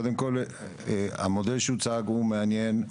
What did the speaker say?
קודם כל המודל שהוצג הוא מעניין,